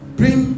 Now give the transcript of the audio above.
bring